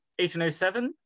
1807